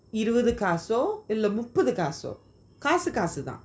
இருவது காசோ இல்ல முப்பது காசோ காசு காசு தான்:iruvathu kaaso illa mupathu kaaso kaasu kaasu thaan